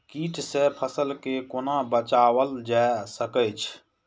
कीट से फसल के कोना बचावल जाय सकैछ?